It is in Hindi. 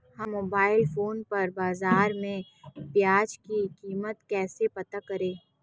हम मोबाइल फोन पर बाज़ार में प्याज़ की कीमत कैसे पता करें?